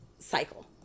cycle